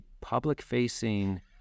public-facing